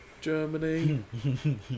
Germany